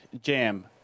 jam